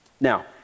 Now